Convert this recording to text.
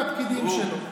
הוא והפקידים שלו.